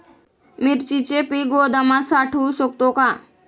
मिरचीचे पीक गोदामात साठवू शकतो का?